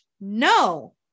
no